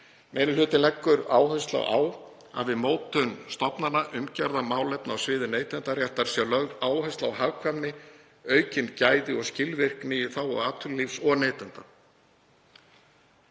Meiri hlutinn leggur áherslu á að við mótun stofnanaumgjarðar mála á sviði neytendaréttar sé lögð áhersla á hagkvæmni, aukin gæði og skilvirkni í þágu atvinnulífsins og neytenda.